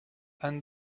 and